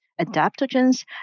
adaptogens